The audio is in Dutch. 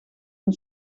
een